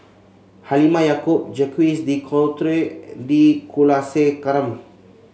Halimah Yacob Jacques De Coutre T Kulasekaram